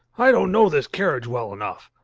i don't know this carriage well enough.